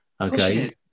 okay